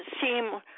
seem –